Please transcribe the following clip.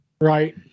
right